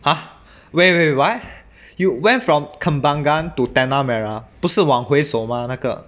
!huh! wait wait what you went from kembangan to tanah merah 不是往回走吗那个